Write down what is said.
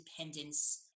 independence